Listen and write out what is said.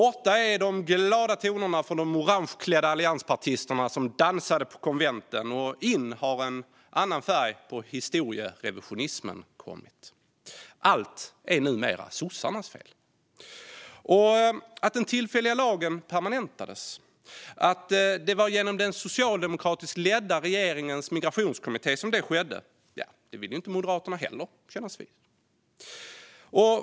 Borta är de glada tonerna från de orangeklädda allianspartister som dansade på konventen. In har en annan färg på historierevisionismen kommit. Allt är numera sossarnas fel. Att den tillfälliga lagen permanentades och att det var genom den socialdemokratiskt ledda regeringens migrationskommitté som det skedde vill inte Moderaterna heller kännas vid.